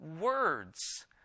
words